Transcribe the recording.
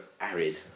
arid